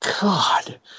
God